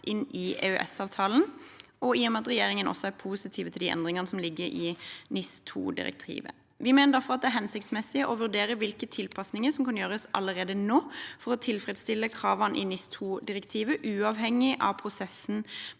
inn i EØS-avtalen, og i og med at regjeringen er positive til de endringene som ligger i NIS2-direktivet. Vi mener derfor det er hensiktsmessig å vurdere hvilke tilpasninger som kan gjøres allerede nå for å tilfredsstille kravene i NIS2-direktivet, uavhengig av prosessen